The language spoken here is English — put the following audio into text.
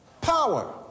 power